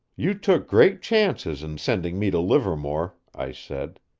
you took great chances in sending me to livermore, i said.